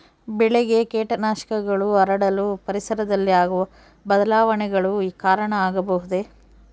ಬೆಳೆಗೆ ಕೇಟನಾಶಕಗಳು ಹರಡಲು ಪರಿಸರದಲ್ಲಿ ಆಗುವ ಬದಲಾವಣೆಗಳು ಕಾರಣ ಆಗಬಹುದೇ?